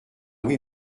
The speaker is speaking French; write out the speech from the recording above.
oui